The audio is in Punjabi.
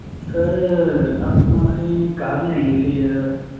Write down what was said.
ਸਰ ਆਪਾਂ ਅਸੀਂ ਕਾਰ ਲੈਣੀ ਸੀ